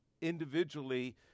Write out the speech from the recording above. individually